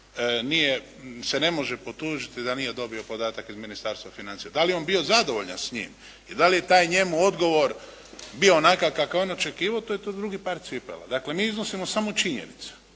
se ne može potužiti da nije dobio podatak iz Ministarstva financija. Da li je on bio zadovoljan s njim i da li je taj njemu odgovor bio onakav kakav je on očekivao, to je drugi par cipela. Dakle mi iznosimo samo činjenice.